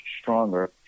stronger